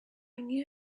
need